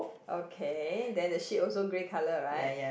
okay then the sheep also grey colour right